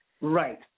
right